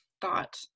thought